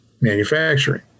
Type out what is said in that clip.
manufacturing